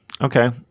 Okay